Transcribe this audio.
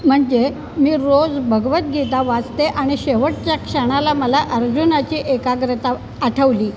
म्हणजे मी रोज भगवद्गीता वाचते आणि शेवटच्या क्षणाला मला अर्जुनाची एकाग्रता आठवली